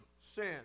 sin